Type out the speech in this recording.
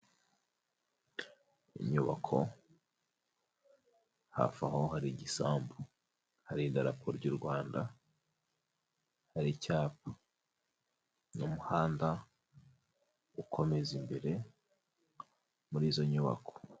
Inyubako, hafi aho hari igisambu, hari idarapo ry'u Rwanda, hari icyapa n'umuhanda ukomeza imbere muri izo nyubako.